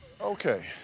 Okay